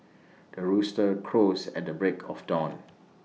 the rooster crows at the break of dawn